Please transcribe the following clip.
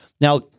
Now